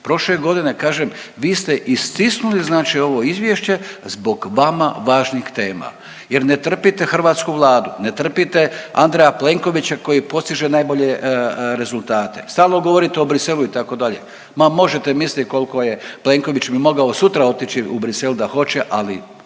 Prošle godine kažem vi ste istisnuli znači ovo izvješće zbog vama važnih tema jer ne trpite hrvatsku Vladu, ne trpite Andreja Plenkovića koji postiže najbolje rezultate. Stalno govorite o Bruxellesu itd. Ma možete mislit koliko je Plenković bi mogao sutra otići u Bruxelles da hoće ali